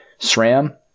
SRAM